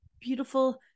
beautiful